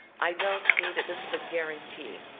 i don't see that this is a guarantee.